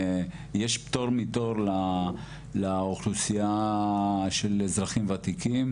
יש פטור מתור לאוכלוסייה של אזרחים וותיקים